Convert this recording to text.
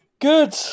Good